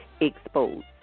exposed